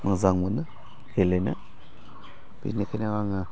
मोजां मोनो गेलेनो बिनिखायनो आङो